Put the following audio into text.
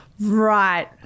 Right